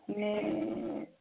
এনেই